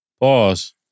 Pause